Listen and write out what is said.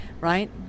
right